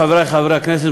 חברי חברי הכנסת,